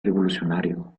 revolucionario